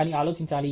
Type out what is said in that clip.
అని ఆలోచించాలి